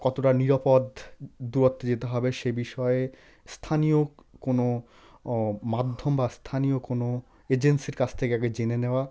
কতটা নিরাপদ দূরত্বে যেতে হবে সে বিষয়ে স্থানীয় কোনো মাধ্যম বা স্থানীয় কোনো এজেন্সির কাছ থেকে আগে জেনে নেওয়া